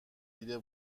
دیده